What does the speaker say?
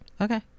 Okay